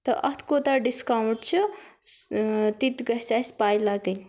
تہٕ اَتھ کوٗتاہ ڈِسکاوُنٛٹ چھُ تہِ گژھِ اَسہِ پَے لَگٕنۍ